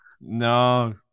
No